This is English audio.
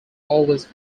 always